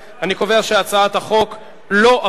אני קובע שהצעת החוק לא עברה.